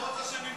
היא לא רוצה שהם,